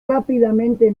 rápidamente